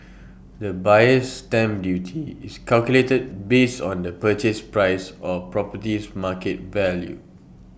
the buyer's stamp duty is calculated based on the purchase price or property's market value